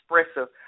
expressive